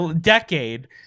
decade